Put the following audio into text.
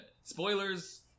spoilers